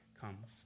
comes